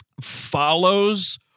follows